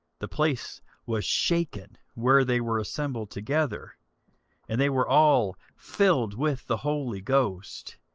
the place was shaken where they were assembled together and they were all filled with the holy ghost,